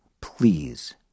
please